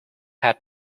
had